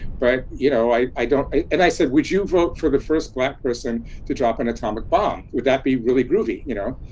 but you know, i i don't and i said, would you vote for the first black person to drop an atomic bomb? would that be really groovy, you know?